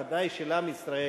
ודאי של עם ישראל,